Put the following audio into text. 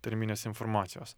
tarminės informacijos